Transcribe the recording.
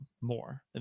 more